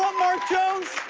mark jones,